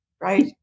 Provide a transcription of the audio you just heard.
right